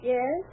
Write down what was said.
Yes